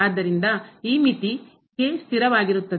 ಆದ್ದರಿಂದ ಈ ಮಿತಿ ಸ್ಥಿರವಾಗಿರುತ್ತದೆ